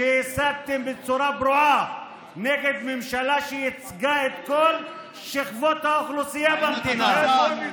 היסתם בצורה פרועה נגד ממשלה שייצגה את כל שכבות האוכלוסייה במדינה.